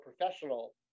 professional